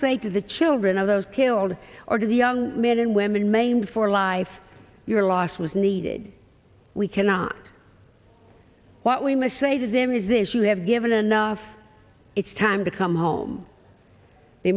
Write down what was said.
say to the children of those killed or to the young men and women maimed for life your loss was needed we cannot what we must say to them is this you have given enough it's time to come home the